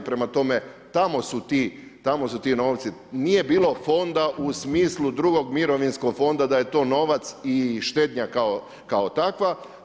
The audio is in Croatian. Prema tome, tamo su ti, tamo su ti novci, nije bilo fonda u smislu drugog mirovinskog fonda da je to novac i štednja kao takva.